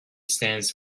stands